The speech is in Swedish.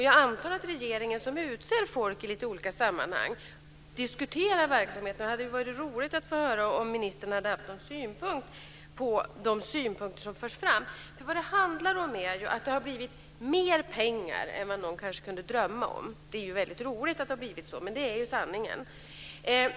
Jag antar att regeringen som utser folk i lite olika sammanhang diskuterar verksamheten. Det hade varit roligt att få höra om ministern hade haft någon synpunkt på de synpunkter som förs fram. Vad det handlar om är ju att det har blivit mer pengar än vad någon kanske kunde drömma om. Det är ju väldigt roligt att det har blivit så. Men det är sanningen.